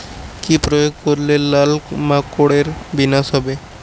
কি প্রয়োগ করলে লাল মাকড়ের বিনাশ হবে?